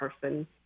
person